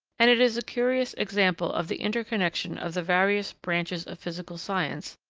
and it is a curious example of the interconnection of the various branches of physical science,